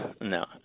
no